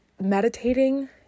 Meditating